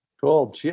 Cool